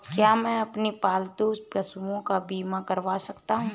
क्या मैं अपने पालतू पशुओं का बीमा करवा सकता हूं?